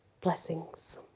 blessings